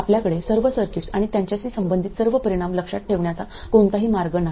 आपल्याकडे सर्व सर्किट्स आणि त्यांच्याशी संबंधित सर्व परिणाम लक्षात ठेवण्याचा कोणताही मार्ग नाही